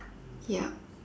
yup